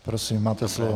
Prosím, máte slovo.